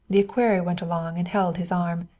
the equerry went along and held his arm.